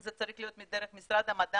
אם זה צריך להיות דרך משרד המדע,